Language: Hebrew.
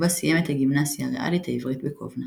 ובה סיים את הגימנסיה הריאלית העברית בקובנה.